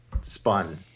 spun